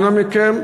אנא מכם,